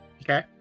Okay